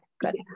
good